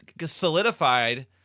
solidified